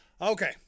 Okay